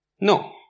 No